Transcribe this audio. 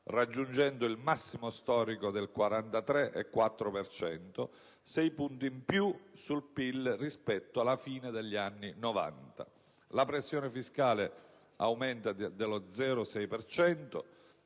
raggiungendo il massimo storico del 43,4 per cento, 6 punti in più sul PIL rispetto alla fine degli anni Novanta. La pressione fiscale aumenta dello 0,6